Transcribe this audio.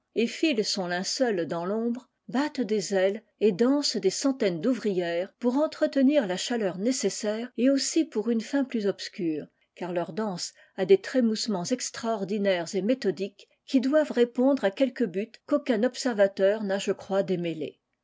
son linceul dans tombre battent des ailes et dansent des centaines d'ouvrières pour entretenir k chaleur nécessaire et aussi pour une fin plus obscure car leur danse a des trémoussements extraordinaires et méthodiques qui doivent répondre à quelque but qu'aucun observateur n'a je crois démêlé